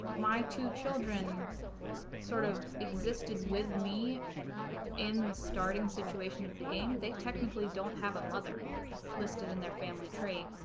my two children sort of existed with me in the starting situation of the game they technically don't have a mother listed in their family tree